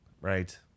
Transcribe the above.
right